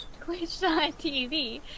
twitch.tv